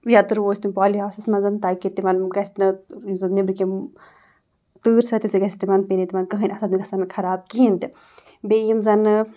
یا تہِ رُوَو أسۍ تِم پالی ہاوُسَس منٛز تاکہِ تِمَن گژھِ نہٕ یُس زَن نٮ۪برِم یِم تۭر چھِ گژھِ تِمَن پیٚیہِ نہٕ تِمَن کٕہٕنۍ اثر تِم گژھن نہٕ خراب کِہیٖنۍ تہِ بیٚیہِ یِم زَنہٕ